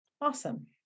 Awesome